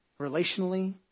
relationally